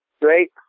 Great